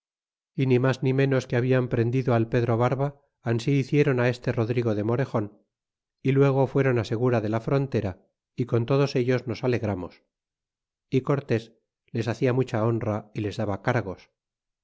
ni mas ni ménos que habian prendido al pedro barba ansi hiciéron este rodrigo de morejon y luego fuéron segura de la frontera y con todos ellos nos alegramos y cortés les hacia mucha honra y les daba cargos